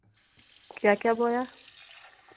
क्या क्या बोया